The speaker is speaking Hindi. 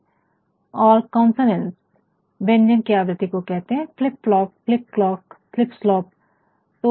और कंसोनन्स व्यंजन की आवृति व्यंजन की आवृति को कहते है जैसे flip flop click clock slip slop flip flop click clock slip slop